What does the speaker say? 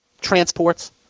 Transport's